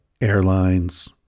airlines